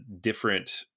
different